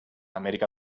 amèrica